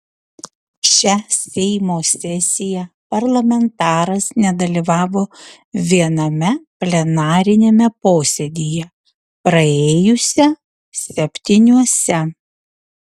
šią seimo sesiją parlamentaras nedalyvavo viename plenariniame posėdyje praėjusią septyniuose